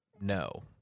No